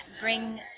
bring